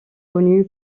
connu